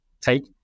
take